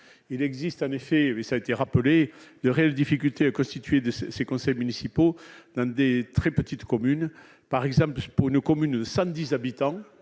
il existe un effet, ça a été rappelé de réelles difficultés, constitué de ces conseils municipaux dans des très petites communes par exemple ce pot nous commune samedi habitants